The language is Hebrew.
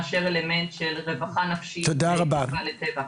מאשר אלמנט של רווחה נפשית וקירבה לטבע.